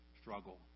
struggle